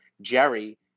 Jerry